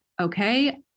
okay